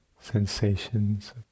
sensations